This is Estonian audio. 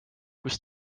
kus